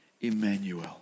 Emmanuel